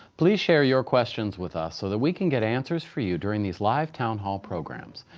please share your questions with us so that we can get answers for you during these live town hall programs.